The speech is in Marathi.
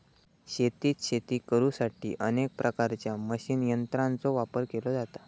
शेतात शेती करुसाठी अनेक प्रकारच्या मशीन यंत्रांचो वापर केलो जाता